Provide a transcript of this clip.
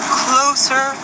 closer